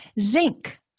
zinc